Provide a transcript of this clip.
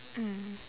mm